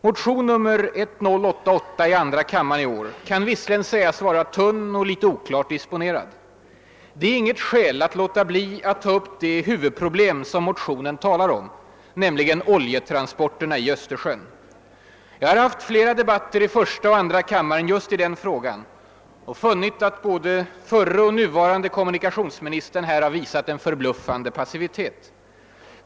Motionen 1088 i andra kammaren i år kan visserligen sägas vara tunn och litet oklart disponerad. Det är inget skäl att låta bli att ta upp det huvudproblem som motionen talar om, nämligen oljetransporterna i Östersjön. Jag har haft flera debatter i första och andra kammaren just i den frågan och funnit att både förre och nuvarande kommunikationsministern här visat en förbluffande passivitet.